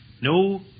no